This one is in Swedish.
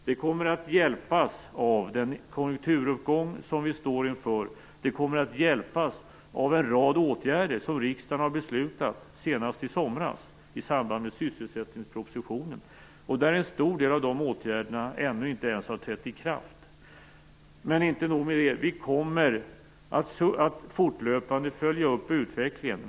Det kommer att hjälpas av den konjunkturuppgång som vi står inför och det kommer att hjälpas av en rad åtgärder som riksdagen har beslutat, senast i somras i samband med sysselsättningspropositionen. En stor del av de åtgärderna har ännu inte ens trätt i kraft. Och inte nog med det: Vi kommer fortlöpande att följa upp utvecklingen.